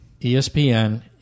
ESPN